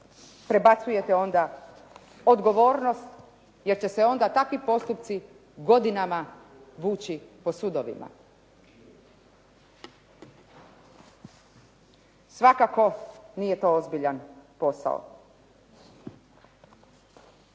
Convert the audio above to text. prebacujete onda odgovornost jer će se onda takvi postupci godinama vući po sudovima? Svakako, nije to ozbiljan posao.